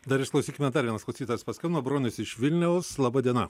dar išklausykime dar vienas klausytojas paskambino bronius iš vilniaus laba diena